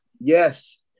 Yes